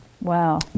Wow